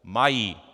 Mají!